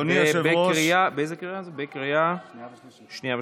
לקריאה שנייה ושלישית.